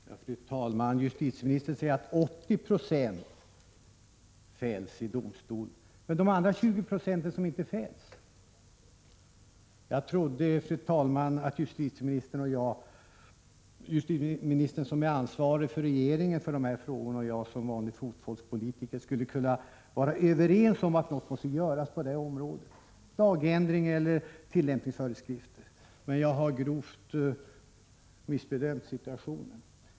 Fru talman! Justitieministern säger att 80 I av de personer som det här gäller fälls i domstol. Men hur är det med de 20 20 som inte fälls? Jag trodde, fru talman, att justitieministern och jag — justitieministern som den som inom regeringen är ansvarig för dessa frågor och jag som vanlig fotfolkspolitiker— skulle kunna vara överens om att någonting måste göras på det här området, vare sig det nu gäller en lagändring eller utfärdande av tillämpningsföreskrifter. Men jag har grovt missbedömt situationen.